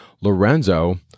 Lorenzo